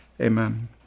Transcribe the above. Amen